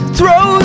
Throw